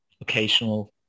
occasional